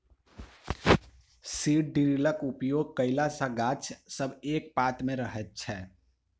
seed ड्रिलक उपयोग कयला सॅ गाछ सब एक पाँती मे रहैत छै